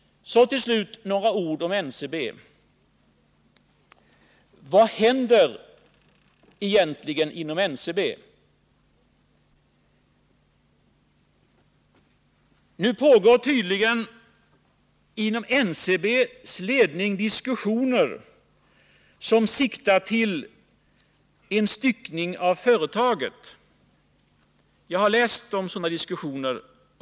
Till slut några ord om NCB: Vad händer egentligen inom NCB? Det pågår tydligen inom NCB:s ledning diskussioner som siktar till en styckning av företaget. Jag har läst och hört om sådana diskussioner.